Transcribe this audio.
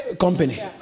company